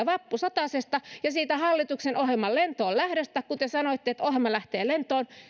vappusatasesta ja siitä hallituksen ohjelman lentoon lähdöstä kun te sanoitte että ohjelma lähtee lentoon